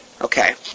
Okay